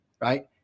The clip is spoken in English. right